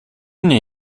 nie